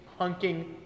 hunking